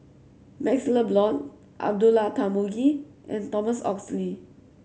MaxLe Blond Abdullah Tarmugi and Thomas Oxley